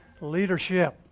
leadership